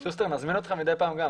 שוסטר, נזמין אותך מדי פעם גם.